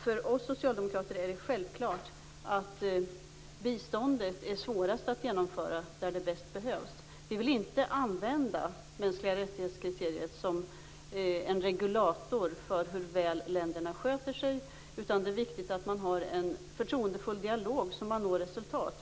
För oss socialdemokrater är det självklart att biståndet är som svårast att genomföra där det som bäst behövs. Vi vill inte använda kriteriet om mänskliga rättigheter som en regulator för hur väl länderna sköter sig. Det är viktigt att man har en förtroendefull dialog så att man når resultat.